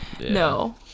No